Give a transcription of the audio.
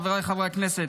חבריי חברי הכנסת,